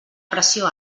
pressió